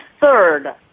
third